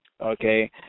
Okay